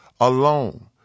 alone